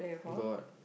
got